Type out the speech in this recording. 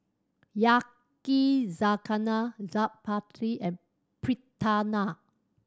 Yakizakana Chaat Papri and Fritada